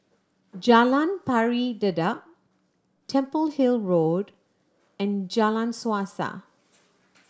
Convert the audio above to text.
Jalan Pari Dedap Temple Hill Road and Jalan Suasa